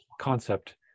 concept